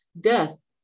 death